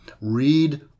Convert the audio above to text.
read